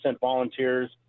volunteers